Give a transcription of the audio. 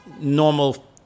normal